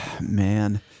man